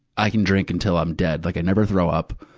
i can drink until i'm dead. like i never throw up.